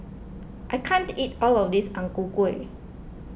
I can't eat all of this Ang Ku Kueh